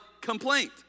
complaint